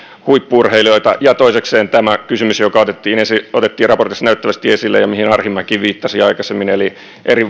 huippu urheilijoita ja toisekseen tämä kysymys joka otettiin raportissa näyttävästi esille ja mihin arhinmäki viittasi aikaisemmin eli että eri